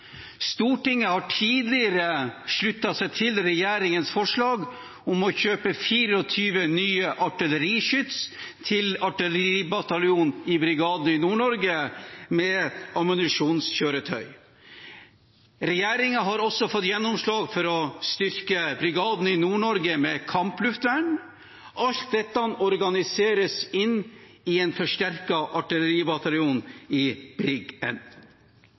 Stortinget har tidligere sluttet seg til regjeringens forslag om å kjøpe 24 nye artilleriskyts til Artilleribataljonen i Nord-Norge med ammunisjonskjøretøy. Regjeringen har også fått gjennomslag for å styrke brigaden i Nord-Norge med kampluftvern. Alt dette organiseres inn i en forsterket artilleribataljon i Brig N.